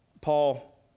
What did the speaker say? Paul